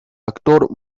actor